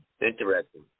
Interesting